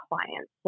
clients